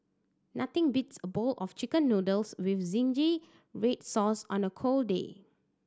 nothing beats a bowl of Chicken Noodles with zingy red sauce on a cold day